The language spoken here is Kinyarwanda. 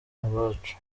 abacu